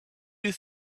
you